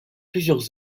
plusieurs